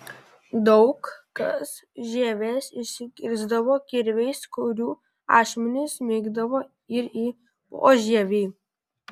daug kas žievės išsikirsdavo kirviais kurių ašmenys smigdavo ir į požievį